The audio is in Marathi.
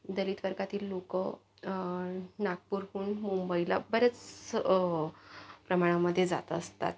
दलित वर्गातील लोकं नागपूरहून मुंबईला बरेच प्रमाणामध्ये जात असतात